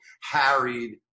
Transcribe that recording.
harried